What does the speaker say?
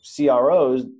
CROs